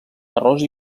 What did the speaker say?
arròs